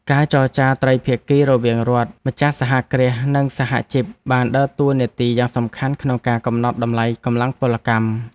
ការចរចាត្រីភាគីរវាងរដ្ឋ ម្ចាស់សហគ្រាស និងសហជីពបានដើរតួនាទីយ៉ាងសំខាន់ក្នុងការកំណត់តម្លៃកម្លាំងពលកម្ម។